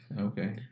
okay